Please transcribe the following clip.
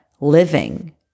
living